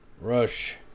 Rush